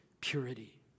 purity